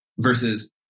versus